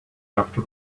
after